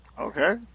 Okay